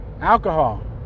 alcohol